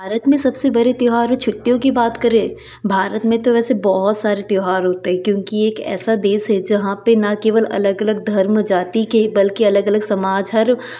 भारत में सबसे बड़े त्योहार व छुट्टियों की बात करें भारत में तो वैसे बहुत सारे त्योहार होते है क्योंकि एक ऐसा देश है जहाँ पे न केवल अलग अलग धर्म जाति के बल्कि अलग अलग समाज हर